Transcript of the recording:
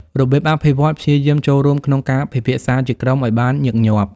របៀបអភិវឌ្ឍន៍ព្យាយាមចូលរួមក្នុងការពិភាក្សាជាក្រុមឲ្យបានញឹកញាប់។